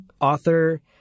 author